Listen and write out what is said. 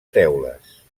teules